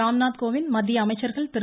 ராம்நாத்கோவிந்த் மத்திய அமைச்சர்கள் திரு